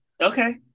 Okay